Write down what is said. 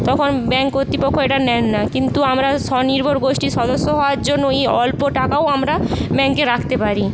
তখন ব্যাঙ্ক কর্তৃপক্ষ এটা নেন না কিন্তু আমরা স্বনির্ভর গোষ্ঠীর সদস্য হওয়ার জন্য এই অল্প টাকাও আমরা ব্যাঙ্কে রাখতে পারি